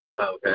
okay